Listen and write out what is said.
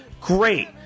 great